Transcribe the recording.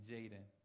Jaden